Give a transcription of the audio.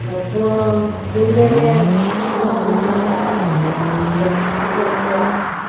औ बोलने में हिम्मत नहीं होता है गस्त आता है ना